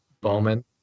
Bowman